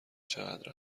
چقدر